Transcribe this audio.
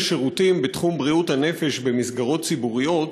שירותים בתחום בריאות הנפש במסגרות ציבוריות,